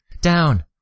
Down